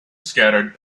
scattered